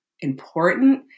important